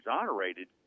exonerated